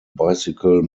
bicycle